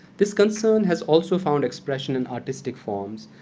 this concern has also found expression in artistic forms,